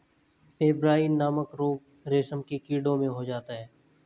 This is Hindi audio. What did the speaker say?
पेब्राइन नामक रोग रेशम के कीड़ों में हो जाता है